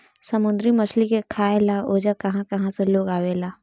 समुंद्री मछली के खाए ला ओजा कहा कहा से लोग आवेला